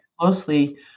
closely